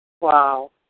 Wow